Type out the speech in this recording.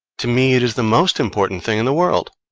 to me it is the most important thing in the world.